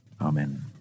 amen